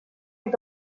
est